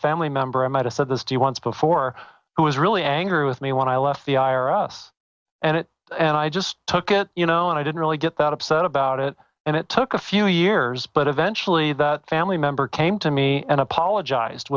family member i met a said this to you once before who was really angry with me when i left the i or us and it and i just took it you know and i didn't really get that upset about it and it took a few years but eventually the family member came to me and apologized